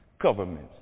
governments